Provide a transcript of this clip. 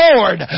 Lord